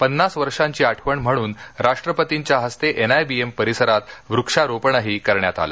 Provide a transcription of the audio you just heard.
पन्नास वर्षांची आठवण म्हणून राष्ट्रपतींच्या हस्ते एनआयबीएम परिसरात व्रक्षारोपणही करण्यात आलं